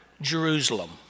Jerusalem